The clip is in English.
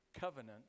covenant